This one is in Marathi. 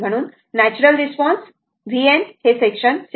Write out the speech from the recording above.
म्हणूनच नॅच्युरल रिस्पॉन्स vn हे सेक्शन 6